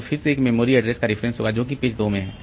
तो फिर से एक मेमोरी एड्रेस का रिफरेंस होगा जोकि पेज 2 में हैं